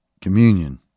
communion